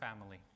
family